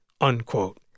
Unquote